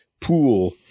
pool